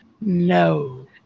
No